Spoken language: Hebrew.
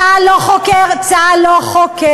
צה"ל לא חוקר, צה"ל לא חוקר.